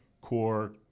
core